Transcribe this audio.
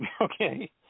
Okay